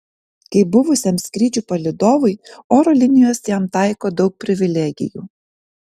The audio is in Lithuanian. kaip buvusiam skrydžių palydovui oro linijos jam taiko daug privilegijų